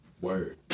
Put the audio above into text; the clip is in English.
Word